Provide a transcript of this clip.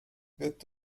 wird